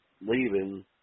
leaving